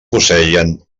posseïen